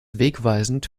wegweisend